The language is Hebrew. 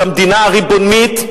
המדינה הריבונית,